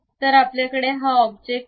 तर आपल्याकडे हा ऑब्जेक्ट आहे